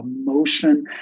emotion